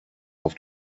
auf